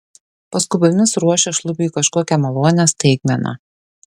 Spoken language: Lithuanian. paskubomis ruošė šlubiui kažkokią malonią staigmeną